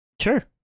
Sure